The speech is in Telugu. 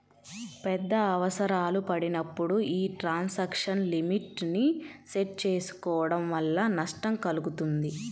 పెద్ద అవసరాలు పడినప్పుడు యీ ట్రాన్సాక్షన్ లిమిట్ ని సెట్ చేసుకోడం వల్ల నష్టం కల్గుతుంది